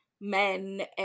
men